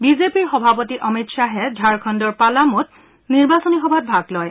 বিজেপিৰ সভাপতি অমিত শ্বাহে ঝাৰখণ্ডৰ পালামোত নিৰ্বাচনী সভাত ভাগ লয়